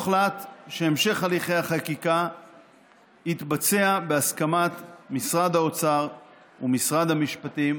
הוחלט שהמשך הליכי החקיקה יתבצע בהסכמת משרד האוצר ומשרד המשפטים